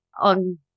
on